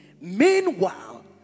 Meanwhile